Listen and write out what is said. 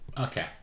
Okay